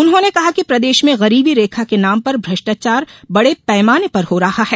उन्होंने कहा कि प्रदेश में गरीबी रेखा के नाम पर भ्रष्टाचार बड़े पैमाने पर हो रहा है